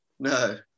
No